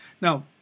Now